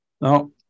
No